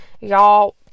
Y'all